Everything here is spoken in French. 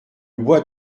bois